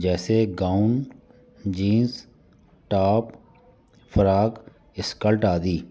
जैसे gown jeans top frock skirt आदि